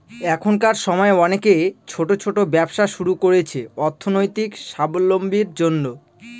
এখনকার সময় অনেকে ছোট ছোট ব্যবসা শুরু করছে অর্থনৈতিক সাবলম্বীর জন্য